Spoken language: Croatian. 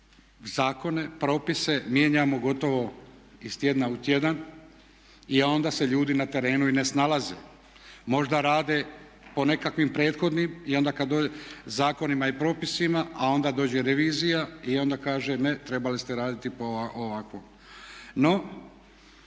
zakone, propise mijenjamo gotovo iz tjedna u tjedan i onda se ljudi na terenu i ne snalaze. Možda rade po nekakvim prethodnim zakonima i propisima a onda dođe revizija i onda kaže ne trebali ste raditi po ovakvom.